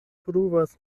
pruvas